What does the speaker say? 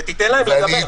ותיתן להם לדבר.